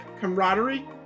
camaraderie